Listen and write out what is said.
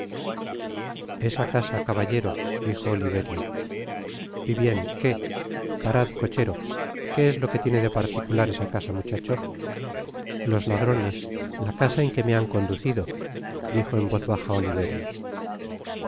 esa casa caballero dijo oliverio y bien qué parad cocheroi qué es lo que tiene de particular esa casa muchacho los ladrones la casa en que me han conducido dijo en voz baja